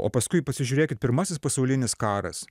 o paskui pasižiūrėkit pirmasis pasaulinis karas